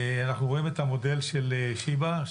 אנחנו רואים את המודל של שיבא.